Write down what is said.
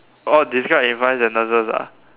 orh describe in five sentences ah